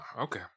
Okay